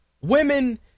women